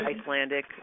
Icelandic